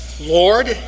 Lord